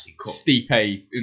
Stipe